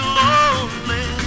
lonely